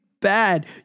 bad